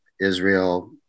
Israel